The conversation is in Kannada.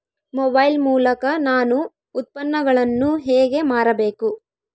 ಮೊಬೈಲ್ ಮೂಲಕ ನಾನು ಉತ್ಪನ್ನಗಳನ್ನು ಹೇಗೆ ಮಾರಬೇಕು?